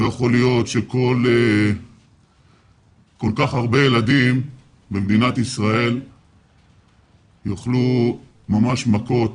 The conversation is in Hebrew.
לא יכול להיות שכל כך הרבה ילדים במדינת ישראל מקבלים מכות